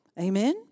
Amen